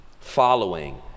following